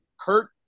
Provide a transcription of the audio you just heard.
Kurt